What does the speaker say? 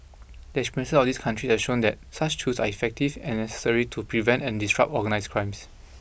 the experience of these country have shown that such tools are effective and necessary to prevent and disrupt organised crimes